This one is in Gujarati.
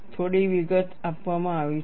થોડી વિગત આપવામાં આવી છે